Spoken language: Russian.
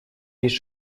есть